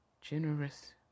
generous